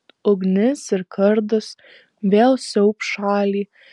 ugnis ir kardas vėl siaubs šalį